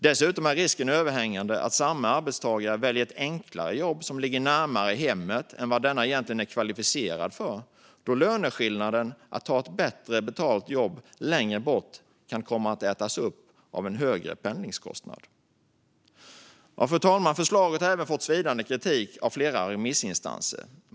Dessutom är risken överhängande att samme arbetstagare väljer ett enklare jobb, som ligger närmare hemmet, än vad denne egentligen är kvalificerad för då löneskillnaden om man tar ett bättre betalt jobb längre bort kan komma att ätas upp av en högre pendlingskostnad. Fru talman! Förslaget har även fått svidande kritik av flera remissinstanser.